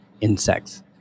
insects